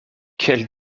quel